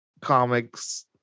comics